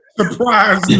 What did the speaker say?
Surprise